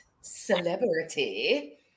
celebrity